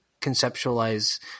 conceptualize